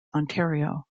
ontario